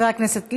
חבר הכנסת ליברמן,